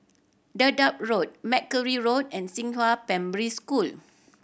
Dedap Road Mackerrow Road and Xinghua Primary School